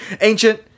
Ancient